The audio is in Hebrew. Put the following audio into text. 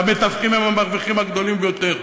והמתווכים הם המרוויחים הגדולים ביותר.